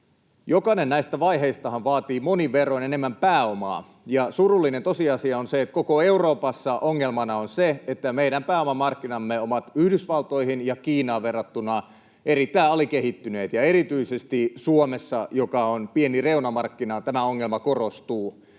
Jokainen näistä vaiheistahan vaatii monin verroin enemmän pääomaa, ja surullinen tosiasia on se, että koko Euroopassa ongelmana on se, että meidän pääomamarkkinamme ovat Yhdysvaltoihin ja Kiinaan verrattuna erittäin alikehittyneet, ja erityisesti Suomessa, joka on pieni reunamarkkina, tämä ongelma korostuu.